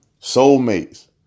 Soulmates